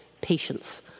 patients